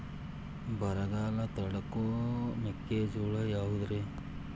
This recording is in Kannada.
ಬರಗಾಲ ತಡಕೋ ಮೆಕ್ಕಿಜೋಳ ತಳಿಯಾವುದ್ರೇ?